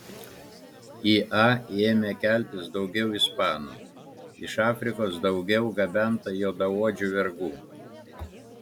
į a ėmė keltis daugiau ispanų iš afrikos daugiau gabenta juodaodžių vergų